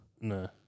No